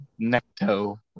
Necto